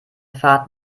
fahrt